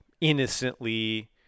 innocently